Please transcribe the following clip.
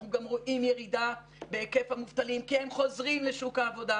אנחנו גם רואים ירידה בהיקף המובטלים כי הם חוזרים לשוק העבודה,